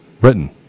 Britain